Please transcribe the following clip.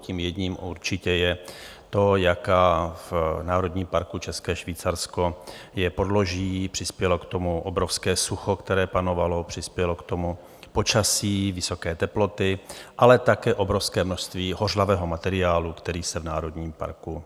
Tím jedním určitě je to, jaké v Národní parku České Švýcarsko je podloží, přispělo k tomu obrovské sucho, které panovalo, přispělo k tomu počasí, vysoké teploty, ale také obrovské množství hořlavého materiálu, který se v národním parku nashromáždil.